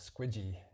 squidgy